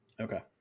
Okay